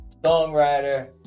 songwriter